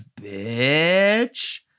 bitch